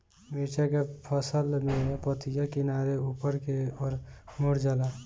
मिरचा के फसल में पतिया किनारे ऊपर के ओर मुड़ जाला?